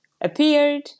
appeared